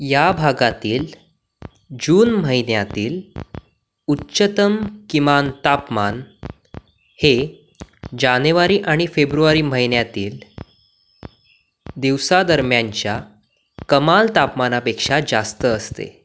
या भागातील जून महिन्यातील उच्चतम किमान तापमान हे जानेवारी आणि फेब्रुवारी महिन्यातील दिवसादरम्यानच्या कमाल तापमानापेक्षा जास्त असते